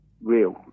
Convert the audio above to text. real